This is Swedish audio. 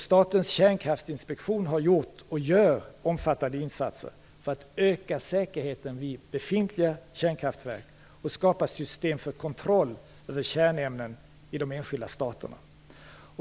Statens kärnkraftsinspektion har gjort och gör omfattande insatser för att öka säkerheten vid befintliga kärnkraftverk och skapa system för kontroll över kärnämnen i de enskilda staterna.